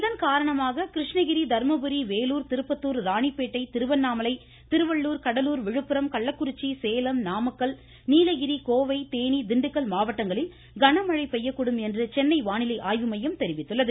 இதன் காரணமாக கிருஷ்ணகிரி தர்மபுரி வேலூர் திருப்பத்தூர் ராணிப்பேட்டை திருவண்ணாமலை திருவள்ளுர் கடலூர் விழுப்புரம் கள்ளக்குறிச்சி சேலம் நாமக்கல் நீலகிரி கோவை தேனி திண்டுக்கல் மாவட்டங்களில் கன மழை பெய்யக்கூடும் என்று சென்னை வானிலை ஆய்வு மையம் தெரிவித்துள்ளது